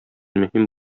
мөһим